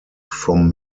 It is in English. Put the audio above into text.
from